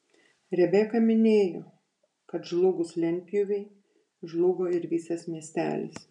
rebeka minėjo kad žlugus lentpjūvei žlugo ir visas miestelis